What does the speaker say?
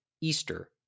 Easter